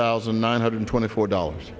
thousand nine hundred twenty four dollars